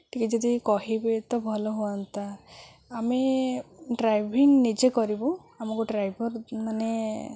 ଟିକିଏ ଯଦି କହିବେ ତ ଭଲ ହୁଅନ୍ତା ଆମେ ଡ୍ରାଇଭିଂ ନିଜେ କରିବୁ ଆମକୁ ଡ୍ରାଇଭର୍ ମାନେ